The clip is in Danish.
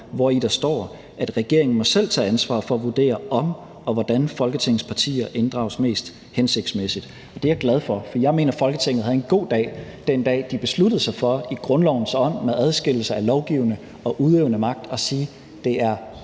hvori der står, at regeringen selv må tage ansvar for at vurdere, om og hvordan Folketingets partier inddrages mest hensigtsmæssigt. Det er jeg glad for, for jeg mener, at Folketinget havde en god dag, den dag de besluttede sig for i grundlovens ånd med adskillelse af lovgivende og udøvende magt at sige, at det er